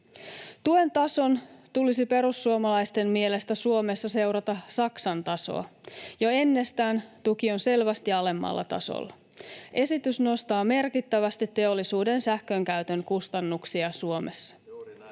Tuen tason tulisi perussuomalaisten mielestä Suomessa seurata Saksan tasoa. Jo ennestään tuki on selvästi alemmalla tasolla. Esitys nostaa merkittävästi teollisuuden sähkönkäytön kustannuksia Suomessa.